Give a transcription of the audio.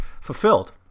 fulfilled